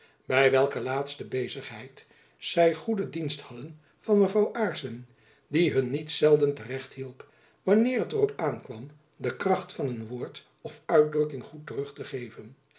by welke laatste bezigheid zy goede dienst hadden van mevrouw aarssen die hun niet zelden te recht hielp wanneer het er op aankwam de kracht van een woord of uitdrukking goed terug te geven